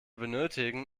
benötigen